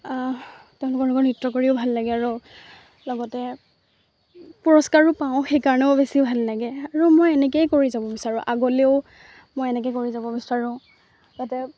তেওঁলোকৰ লগত নৃত্য কৰিও ভাল লাগে আৰু লগতে পুৰস্কাৰো পাওঁ সেইকাৰণেও বেছি ভাল লাগে আৰু মই এনেকেই কৰি যাব বিচাৰোঁ আগলৈও মই এনেকৈ কৰি যাব বিচাৰোঁ তাতে